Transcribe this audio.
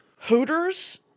Hooters